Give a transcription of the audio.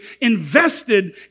invested